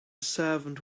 servant